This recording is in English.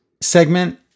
segment